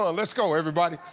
ah let's go, everybody.